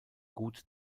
gut